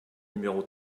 numéro